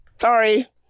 Sorry